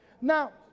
Now